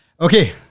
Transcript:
Okay